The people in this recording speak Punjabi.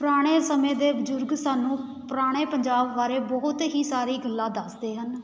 ਪੁਰਾਣੇ ਸਮੇਂ ਦੇ ਬਜ਼ੁਰਗ ਸਾਨੂੰ ਪੁਰਾਣੇ ਪੰਜਾਬ ਬਾਰੇ ਬਹੁਤ ਹੀ ਸਾਰੀ ਗੱਲਾਂ ਦੱਸਦੇ ਹਨ